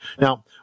Now